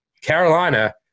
Carolina